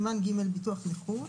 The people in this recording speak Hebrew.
בסימן ג': ביטוח נכון.